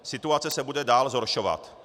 Situace se bude dál zhoršovat.